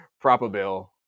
probability